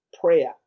prayer